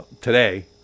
today